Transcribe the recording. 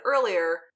earlier